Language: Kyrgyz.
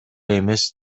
эмес